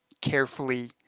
carefully